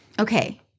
okay